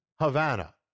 Havana